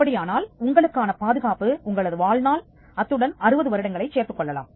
அப்படியானால் உங்களுக்கான பாதுகாப்பு உங்களது வாழ்நாள் அத்துடன் 60 வருடங்களைச் சேர்த்துக்கொள்ளலாம்